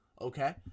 okay